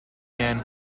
ann